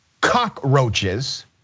cockroaches